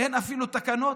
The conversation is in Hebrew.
אין אפילו תקנות.